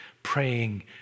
Praying